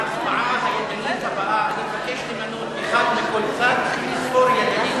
בהצבעה הידנית הבאה אני מבקש למַנות אחד מכל צד ולספור ידנית.